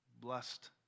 blessed